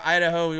Idaho